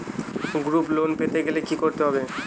Group loan পেতে গেলে কি করতে হবে?